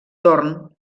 torn